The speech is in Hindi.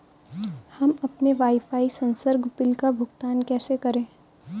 हम अपने वाईफाई संसर्ग बिल का भुगतान कैसे करें?